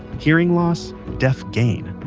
hearing loss, deaf gain.